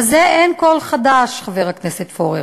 בזה אין כל חדש, חבר הכנסת פורר,